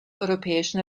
europäischen